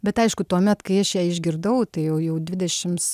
bet aišku tuomet kai aš ją išgirdau tai jau jau dvidešims